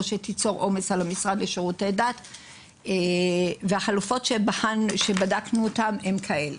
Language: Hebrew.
או שתיצור עומס על המשרד לשירותי דת והחלופות שבדקנו אותן הן כאלה: